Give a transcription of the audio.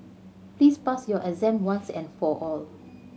please pass your exam once and for all